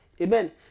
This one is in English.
Amen